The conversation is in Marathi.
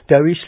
त्यावेळी श्री